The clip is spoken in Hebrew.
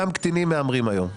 גם קטינים מהמרים היום.